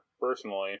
personally